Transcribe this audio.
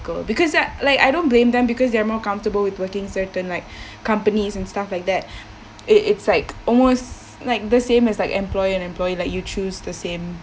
cycle because at like I don't blame them because they are more comfortable with working certain like companies and stuff like that it's it's like almost like the same as like employer and employee like you choose the same